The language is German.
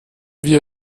wir